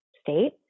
state